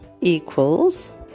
equals